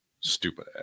Stupid